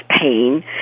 pain